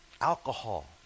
alcohol